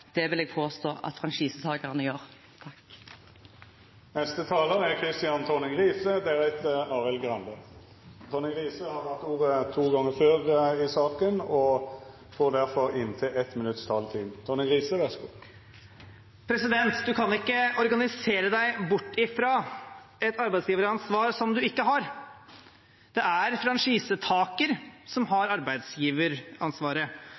vil jeg påstå at franchisetakerne gjør. Representanten Kristian Tonning Riise har hatt ordet to gonger tidlegare og får ordet til ein kort merknad, avgrensa til 1 minutt. Man kan ikke organisere seg bort ifra et arbeidsgiveransvar man ikke har. Det er franchisetaker som